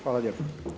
Hvala lijepo.